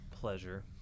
pleasure